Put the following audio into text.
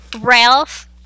ralph